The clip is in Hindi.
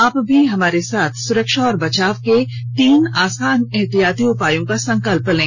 आप भी हमारे साथ सुरक्षा और बचाव के तीन आसान एहतियाती उपायों का संकल्प लें